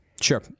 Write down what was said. Sure